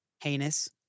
heinous